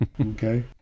Okay